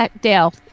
Dale